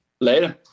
Later